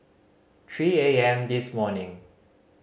three A M this morning